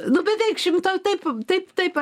nu beveik šimto taip taip taip